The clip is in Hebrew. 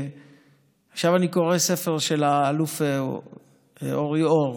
עכשיו אני קורא ספר של האלוף אורי אור